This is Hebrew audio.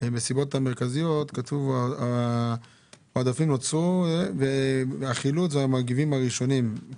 בסיבות המרכזיות כתוב שהעודפים נוצרו מהחילוץ ומהמגיבים הראשונים.